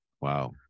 wow